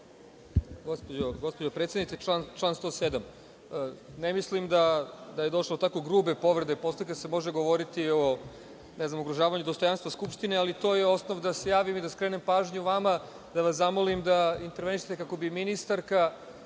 Gospođo predsednice, član 107.Ne mislim da je došlo do tako grube povrede, posle toga se može govoriti, ne znam o ugrožavanju dostojanstvo Skupštine, ali to je osnov da se javim i da skrenem pažnju vama, da vas zamolim da intervenišete kako bi ministarka